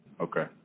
Okay